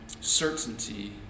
certainty